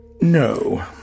No